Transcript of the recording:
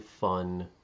fun